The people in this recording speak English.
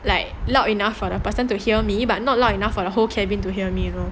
like loud enough for the person to hear me but not loud enough for the whole cabin to hear me you know